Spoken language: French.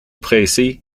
précis